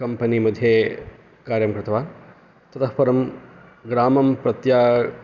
company मध्ये कार्यं कृतवान् ततःपरं ग्रामं प्रत्या